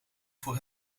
voor